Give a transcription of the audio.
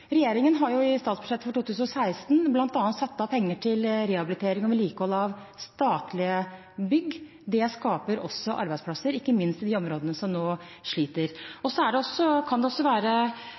Regjeringen har i statsbudsjettet for 2016 bl.a. satt av penger til rehabilitering og vedlikehold av statlige bygg. Det skaper også arbeidsplasser, ikke minst i de områdene som nå sliter. Det kan kanskje være verdt å minne KS om at man har muligheter også